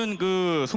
and goo